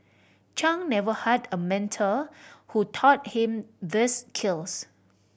Chung never had a mentor who taught him these skills